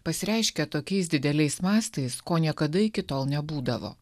pasireiškia tokiais dideliais mastais ko niekada iki tol nebūdavo